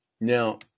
Now